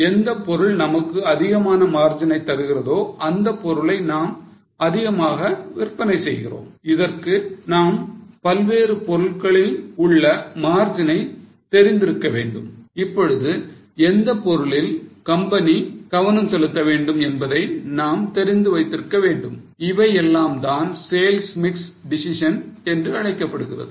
எந்த பொருள் நமக்கு அதிகமான margin னை தருகிறதோ அந்தப் பொருளை நாம் அதிகமாக விற்பனை செய்கிறோம் இதற்கு நாம் பல்வேறு பொருட்களில் உள்ள margins ஐ தெரிந்திருக்க வேண்டும் இப்பொழுது எந்த பொருளில் கம்பெனி கவனம் செலுத்த வேண்டும் என்பதை நாம் தெரிந்து வைத்திருக்க வேண்டும் இவையெல்லாம்தான் sales mix decision என்று அழைக்கப்படுகிறது